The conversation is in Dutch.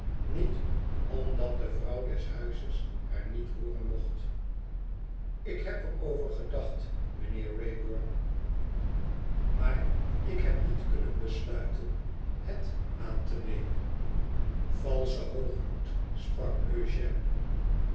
niet omdat de vrouw des huizes haar niet hooren mocht ik heb er over gedacht mijnheer wraybum maar ik heb niet kunnen besluiten het aan te nemen valsche hoogmoed sprak eugene